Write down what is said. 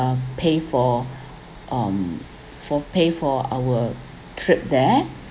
pay for um for pay for our trip there